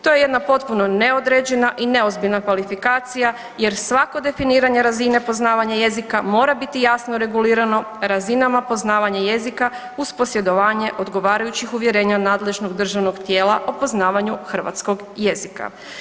To je jedna potpuno neodređena i neozbiljna kvalifikacije jer svako definiranje razine poznavanje jezika mora biti jasno regulirano razinama poznavanje jezika uz posjedovanje odgovarajućih uvjerenja nadležnog državnog tijela o poznavanju hrvatskog jezika.